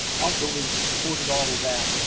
outbuildings that supported all of that,